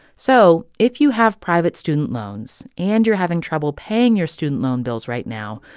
so if you have private student loans and you're having trouble paying your student loan bills right now,